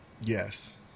Yes